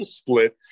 split